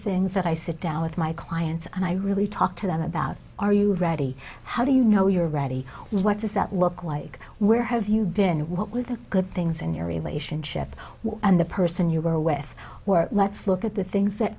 things that i sit down with my clients and i really talk to them about are you ready how do you know you're ready what does that look like where have you been what were the good things in your relationship what the person you were with were let's look at the things that